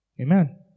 Amen